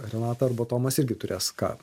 renata arba tomas irgi turės ką